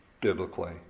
Biblically